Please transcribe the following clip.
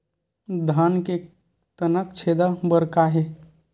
धान के तनक छेदा बर का हे?